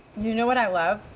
you know what i love?